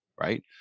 right